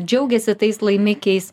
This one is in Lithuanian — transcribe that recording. džiaugiasi tais laimikiais